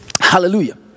Hallelujah